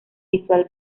visual